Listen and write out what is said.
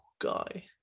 guy